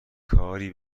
کاری